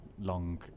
long